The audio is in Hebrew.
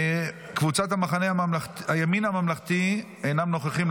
קבוצת הימין הממלכתי אינם נוכחים,